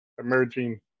emerging